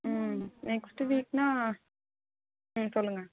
ம் நெக்ஸ்ட் வீக்னால் ம் சொல்லுங்கள்